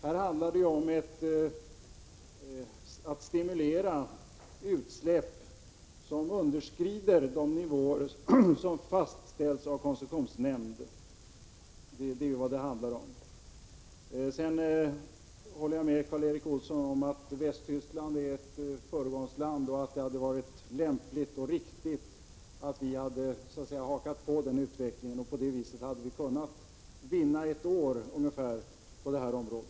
Här handlar det ju om att stimulera en utveckling mot utsläpp som underskrider de nivåer som fastställts av koncessionsnämnden. Sedan håller jag med Karl Erik Olsson om att Västtyskland är ett föregångsland och att det hade varit lämpligt och riktigt om vi hade hakat på den utvecklingen. På det viset hade vi kunnat vinna ungefär ett år på detta område.